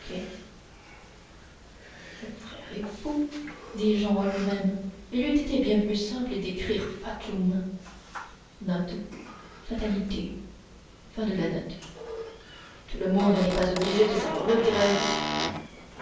mon frère est fou dit jehan en lui-même il eût été bien plus simple d'écrire fatum tout le monde n'est pas obligé de savoir le grec